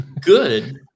Good